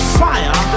fire